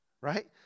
Right